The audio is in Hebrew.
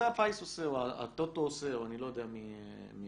זה הפיס עושה או הטוטו עושה או אני לא יודע מי עושה.